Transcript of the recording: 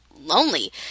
lonely